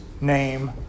name